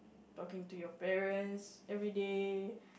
talking to your parents everyday